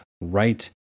right